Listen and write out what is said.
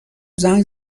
زنگ